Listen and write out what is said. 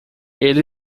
ele